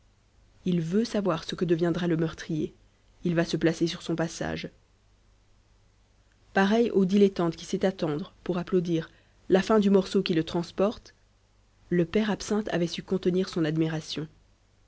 il veut savoir ce que deviendra le meurtrier il va se placer sur son passage pareil au dilettante qui sait attendre pour applaudir la fin du morceau qui le transporte le père absinthe avait su contenir son admiration